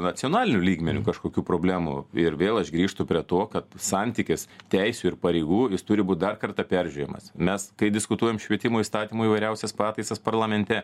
nacionaliniu lygmeniu kažkokių problemų ir vėl aš grįžtu prie to kad santykis teisių ir pareigų jis turi būt dar kartą peržiūrėjamas mes kai diskutuojam švietimo įstatymų įvairiausias pataisas parlamente